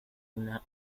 una